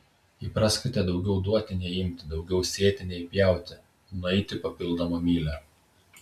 įpraskite daugiau duoti nei imti daugiau sėti nei pjauti nueiti papildomą mylią